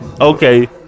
Okay